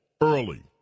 early